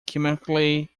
chemically